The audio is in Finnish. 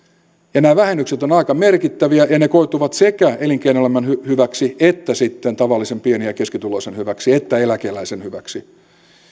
ja nämä vähennykset ovat aika merkittäviä ja ne koituvat sekä elinkeinoelämän hyväksi että sitten tavallisen pieni ja keskituloisen hyväksi että eläkeläisen hyväksi